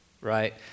right